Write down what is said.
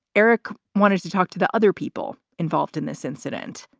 eric wanted to talk to the other people involved in this incident,